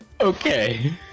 Okay